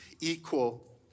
equal